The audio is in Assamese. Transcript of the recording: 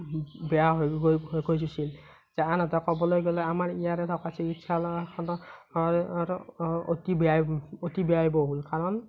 বেয়া হৈ গৈছিল আনহাতে ক'বলৈ গ'লে আমাৰ ইয়াতে থকা চিকিৎসালয়খনত অতি ব্যয়বহূল অতি ব্যয়বহূল কাৰণ